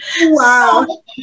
Wow